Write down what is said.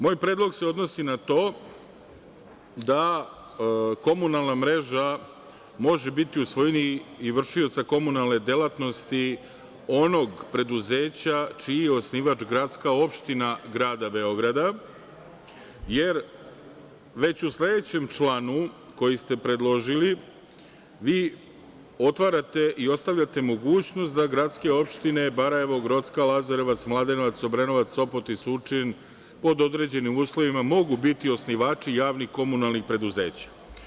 Moj predlog se odnosi na to da komunalna mreža može biti u svojini i vršioca komunalne delatnosti onog preduzeća čiji je osnivač gradska opština grada Beograda, jer već u sledećem članu, koji ste predložili, vi otvarate i ostavljate mogućnost da gradske opštine Barajevo, Grocka, Lazarevac, Mladenovac, Obrenovac, Sopot i Surčin pod određenim uslovima mogu biti osnivači javnih komunalnih preduzeća.